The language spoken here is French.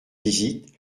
visites